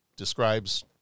describes